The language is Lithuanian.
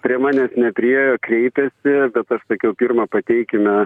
prie manęs nepriiejo kreipėsi bet aš sakiau pirma pateikime